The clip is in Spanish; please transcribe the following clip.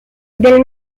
del